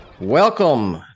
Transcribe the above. Welcome